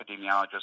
epidemiologist